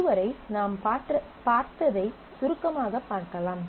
இதுவரை நாம் பார்த்தவற்றை சுருக்கமாகப் பார்க்கலாம்